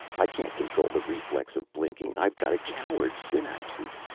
i can't control the reflex of blinking. i've got a coward's synapses.